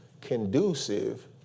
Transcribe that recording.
conducive